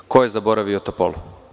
Ko je zaboravio Topolu?